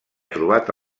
trobat